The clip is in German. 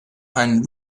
einen